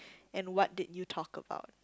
and what did you talk about